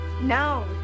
Now